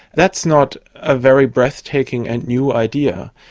that's not a very breathtaking and new idea.